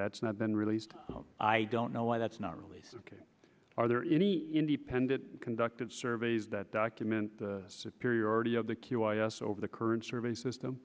that's not been released i don't know why that's not really are there any independent conducted surveys that document superiority of the q us over the current survey system